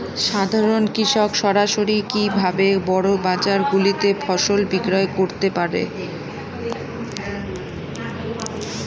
সাধারন কৃষক সরাসরি কি ভাবে বড় বাজার গুলিতে ফসল বিক্রয় করতে পারে?